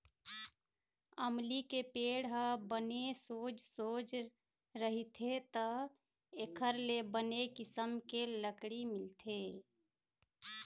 अमली के पेड़ ह बने सोझ सोझ रहिथे त एखर ले बने किसम के लकड़ी मिलथे